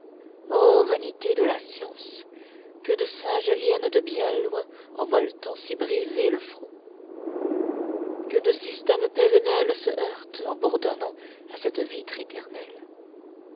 vanité de la science que de sages viennent de bien loin en voletant s'y briser le front que de systèmes pêle-mêle se heurtent en bourdonnant à cette vitre éternelle